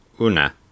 una